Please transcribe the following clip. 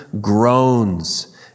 groans